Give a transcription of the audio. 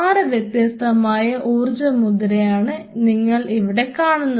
6 വ്യത്യസ്തമായ ഊർജ്ജ മുദ്രയാണ് നിങ്ങൾ ഇവിടെ കാണുന്നത്